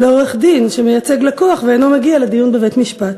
או לעורך-דין שמייצג לקוח ואינו מגיע לדיון בבית-משפט,